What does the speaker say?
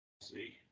See